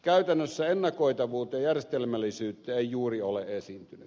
käytännössä ennakoitavuutta ja järjestelmällisyyttä ei juuri ole esiintynyt